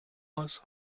was